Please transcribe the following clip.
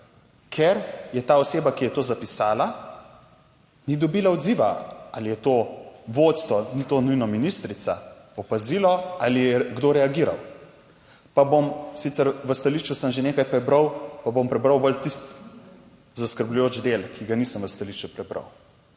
ker je ta oseba, ki je to zapisala, ni dobila odziva ali je to vodstvo ali ni to nujno ministrica, opazilo ali je kdo reagiral. Pa bom, sicer v stališču sem že nekaj prebral, pa bom prebral bolj tisti zaskrbljujoč del, ki ga nisem v stališču prebral.